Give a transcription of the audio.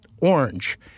orange